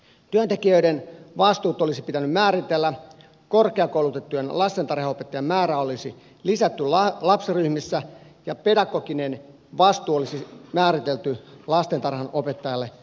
työntekijöiden vastuut olisi pitänyt määritellä ja korkeakoulutettujen lastentarhanopettajien määrää lisätä lapsiryhmissä ja pedagoginen vastuu ryhmästä olisi määritelty lastentarhanopettajalle